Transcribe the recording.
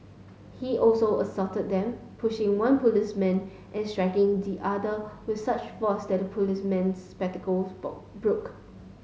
he also assaulted them pushing one policeman and striking the other with such force that the policeman's spectacles boll broke